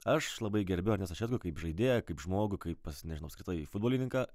aš labai gerbiu ernestą šetkų kaip žaidėją kaip žmogų kaip pats nežinau apskritai futbolininką